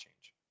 change